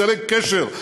אמצעי קשר,